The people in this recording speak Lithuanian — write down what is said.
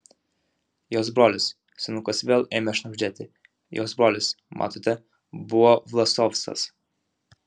jos brolis senukas vėl ėmė šnabždėti jos brolis matote buvo vlasovcas